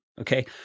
Okay